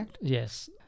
yes